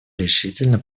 решительно